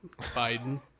biden